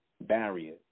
barrier